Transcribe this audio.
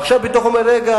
עכשיו הביטוח אומר: רגע,